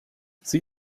sie